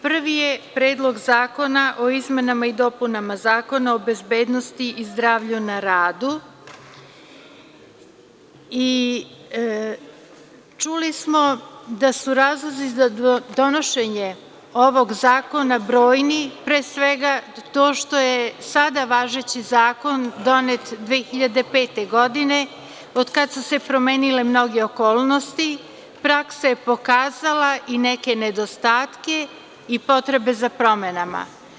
Prvi je Predlog zakona o izmenama i dopunama Zakona o bezbednosti i zdravlju na radu i čuli smo da su razlozi za donošenje ovog zakona brojni, pre svega, to što je sada važeći zakon donet 2005. godine, od kada su se promenile mnoge okolnosti, praksa je pokazala i neke nedostatke i potrebe za promenama.